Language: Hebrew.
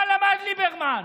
מה למד ליברמן?